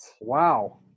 wow